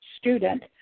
Student